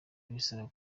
bisaba